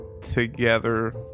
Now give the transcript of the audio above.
together